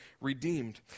redeemed